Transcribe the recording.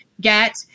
get